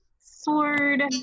Sword